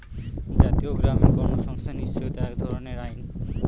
জাতীয় গ্রামীণ কর্মসংস্থান নিশ্চয়তা এক ধরনের আইন